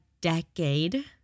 decade